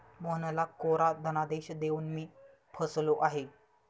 मोहनला कोरा धनादेश देऊन मी फसलो आहे